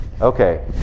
Okay